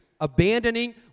abandoning